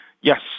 Yes